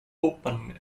open